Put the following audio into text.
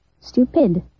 Stupid